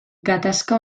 gatazka